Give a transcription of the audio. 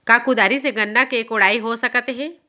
का कुदारी से गन्ना के कोड़ाई हो सकत हे?